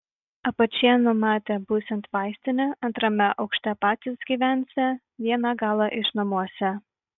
apačioje numatė būsiant vaistinę antrame aukšte patys gyvensią vieną galą išnuomosią